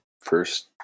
first